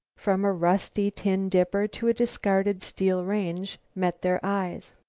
from a rusty tin dipper to a discarded steel range, met their eyes.